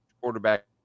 quarterback